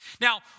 Now